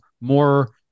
more